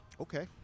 Okay